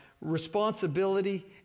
responsibility